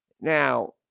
Now